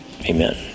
Amen